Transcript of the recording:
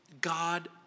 God